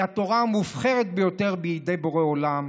היא התורה המובחרת ביותר בידי בורא עולם.